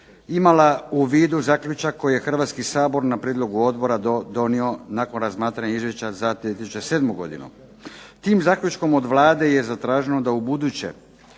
imala u vidu zaključak koji je Hrvatski sabor na prijedlog Odbora donio nakon razmatranja izvješća za 2007. godinu. Tim zaključkom od Vlade je zatraženo da ubuduće